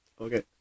Okay